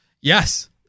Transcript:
Yes